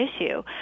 issue